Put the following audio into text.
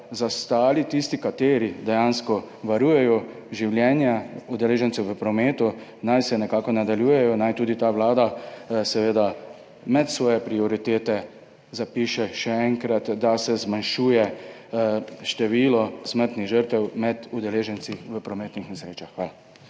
zastali. Tisti, ki dejansko varujejo življenja udeležencev v prometu, naj nekako nadaljujejo, naj tudi ta vlada seveda med svoje prioritete zapiše še enkrat, da se zmanjšuje število smrtnih žrtev med udeleženci v prometnih nesrečah. Hvala.